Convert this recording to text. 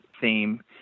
theme